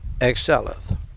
excelleth